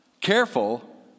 Careful